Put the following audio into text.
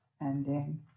ending